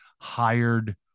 hired